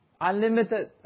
unlimited